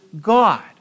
God